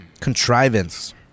contrivance